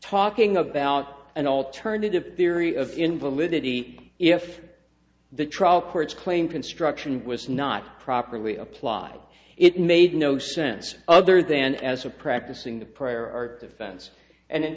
talking about an alternative theory of invalidity if the trial court's claim construction was not properly applied it made no sense other than as a practicing the prior art defense and in